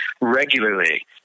regularly